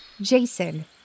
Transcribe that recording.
Jason